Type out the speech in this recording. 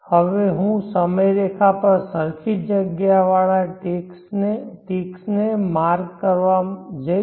હવે હું સમયરેખા પર સરખી જગ્યા વાળા ટિક્સને માર્ક કરવા જઈશ